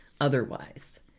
otherwise